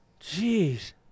Jeez